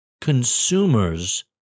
Consumers